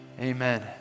amen